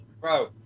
bro